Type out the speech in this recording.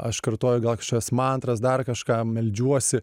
aš kartoju gal kažkokias mantras dar kažką meldžiuosi